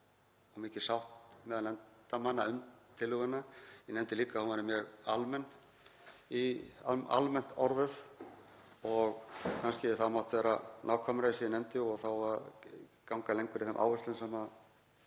og mikil sátt meðal nefndarmanna um tillöguna. Ég nefndi líka að hún væri mjög almennt orðuð og hefði kannski mátt vera nákvæmari eins og ég nefndi og þá ganga lengra í þeim áherslum sem við